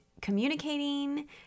communicating